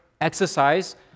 exercise